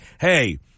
Hey